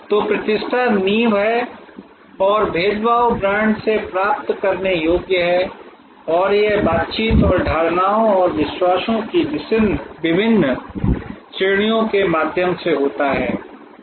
तो प्रतिष्ठा नींव है और भेदभाव ब्रांड से प्राप्त करने योग्य है और यह बातचीत और धारणाओं और विश्वासों की विभिन्न श्रेणियों के माध्यम से होता है